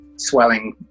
Swelling